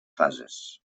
fases